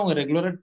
regular